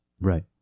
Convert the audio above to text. right